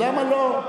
למה לא?